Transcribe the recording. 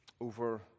over